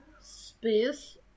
space